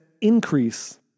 increase